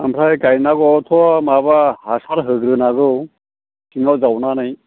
ओमफ्राय गायनांगौआथ' माबा हासार होग्रोनांगौ सिङाव जावनानै